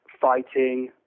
fighting